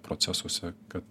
procesuose kad